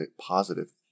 positive